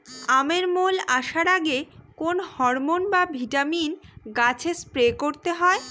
আমের মোল আসার আগে কোন হরমন বা ভিটামিন গাছে স্প্রে করতে হয়?